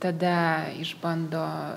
tada išbando